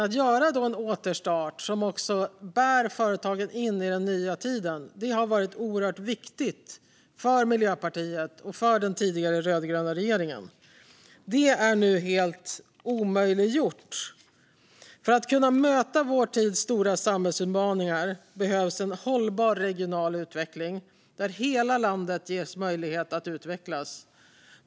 Att göra en återstart som bär företagen in i den nya tiden har varit oerhört viktigt för Miljöpartiet och för den tidigare rödgröna regeringen. Men detta är nu helt omöjliggjort. För att kunna möta vår tids stora samhällsutmaningar behövs en hållbar regional utveckling där hela landet ges möjlighet att utvecklas.